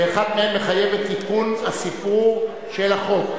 שאחת מהן מחייבת עדכון הספרור של החוק.